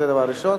זה דבר ראשון.